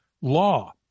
law